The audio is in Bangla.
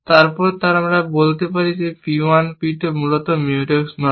তারপর আমরা বলতে পারি P 1 P 2 মূলত Mutex নয়